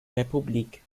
republik